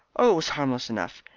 oh, it was harmless enough,